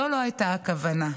זו לא הייתה הכוונה.